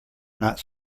not